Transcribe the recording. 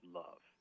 love